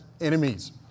enemies